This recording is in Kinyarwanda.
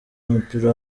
w’umupira